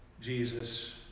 Jesus